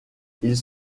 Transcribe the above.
ils